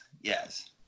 Yes